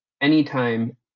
anytime